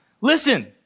Listen